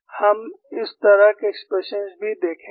हम उस तरह के एक्सप्रेशंस भी देखेंगे